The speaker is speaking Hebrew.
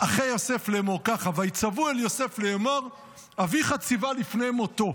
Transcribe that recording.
אחרי יוסף לאמור ככה: "ויצוו אל יוסף לאמר אביך צוה לפני מותו".